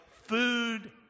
food